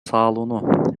салууну